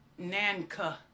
Nanka